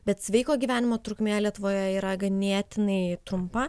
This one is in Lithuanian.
bet sveiko gyvenimo trukmė lietuvoje yra ganėtinai trumpa